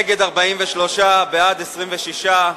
נגד 43, בעד, 26,